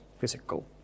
physical